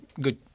good